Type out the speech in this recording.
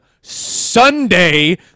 Sunday